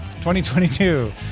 2022